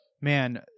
Man